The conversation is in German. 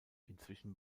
inzwischen